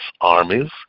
armies